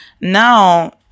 now